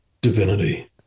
divinity